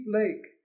lake